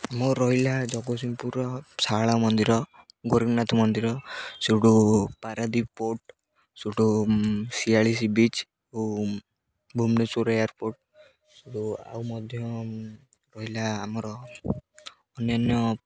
ମୋର ରହିଲା ଜଗତସିଂହପୁରର ଶାରଳା ମନ୍ଦିର ଗୋରେଖନାଥ ମନ୍ଦିର ସେଇଠୁ ପାରାଦ୍ୱୀପ ପୋର୍ଟ ସେଇଠୁ ଶିଆଳି ସି ବିଚ୍ ଓ ଭୁବନେଶ୍ୱର ଏୟାରପୋର୍ଟ ଯେଉଁ ଆଉ ମଧ୍ୟ ରହିଲା ଆମର ଅନ୍ୟାନ୍ୟ